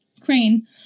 Crane